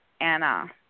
Anna